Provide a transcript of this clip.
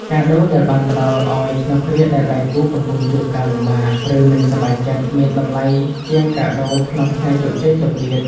កាដូដែលបានផ្ដល់ឱ្យក្នុងគ្រាដែលដៃគូកំពុងជួបការលំបាក ឬមិនសប្បាយចិត្ត មានតម្លៃជាងកាដូក្នុងថ្ងៃជោគជ័យទៅទៀត។